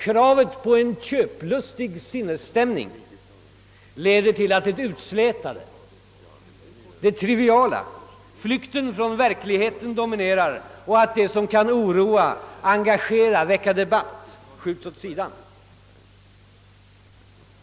Kravet på en köplustig sinnesstämning medför att det utslätande, det triviala och flykten från verkligheten dominerar och att det som kan oroa, engagera och väcka debatt skjuts åt sidan.